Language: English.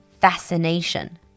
fascination